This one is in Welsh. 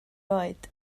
oed